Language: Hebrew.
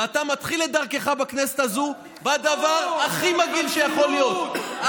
ואתה מתחיל את דרכך בכנסת הזאת בדבר הכי מגעיל שיכול להיות.